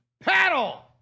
paddle